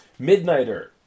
Midnighter